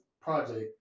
project